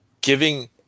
giving